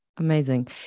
Amazing